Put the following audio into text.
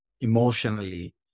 emotionally